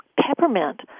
peppermint